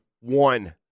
One